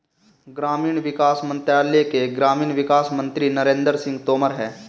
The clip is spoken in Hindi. ग्रामीण विकास मंत्रालय के ग्रामीण विकास मंत्री नरेंद्र सिंह तोमर है